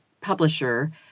publisher